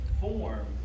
form